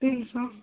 ତିନିଶହ